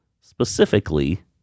specifically